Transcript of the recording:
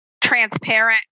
transparent